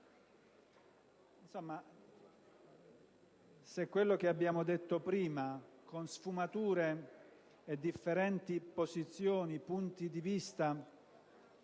Se quello che abbiamo detto prima, con sfumature, differenti posizioni e punti di vista